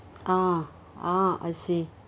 ah ah I see